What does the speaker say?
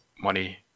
money